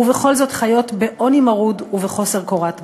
ובכל זאת חיות בעוני מרוד ובחוסר קורת גג.